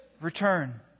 return